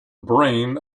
brain